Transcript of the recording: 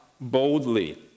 boldly